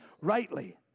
rightly